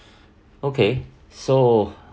okay so